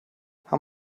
how